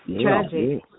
tragic